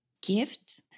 gift